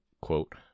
quote